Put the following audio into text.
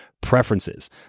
preferences